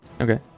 Okay